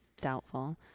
Doubtful